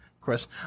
chris